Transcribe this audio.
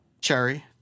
cherry